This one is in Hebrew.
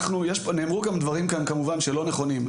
נאמרו גם דברים כאן כמובן שלא נכונים.